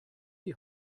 die